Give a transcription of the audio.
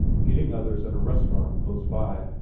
getting others at a restaurant close by.